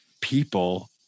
people